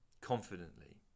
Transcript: confidently